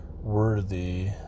worthy